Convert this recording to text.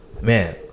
man